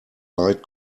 light